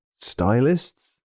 stylists